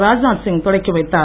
ராஜ்நாத் சிங் தொடக்கி வைத்தார்